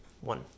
One